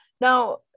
Now